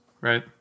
right